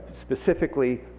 specifically